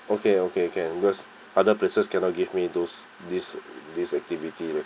okay okay can because other places cannot give me those this this activity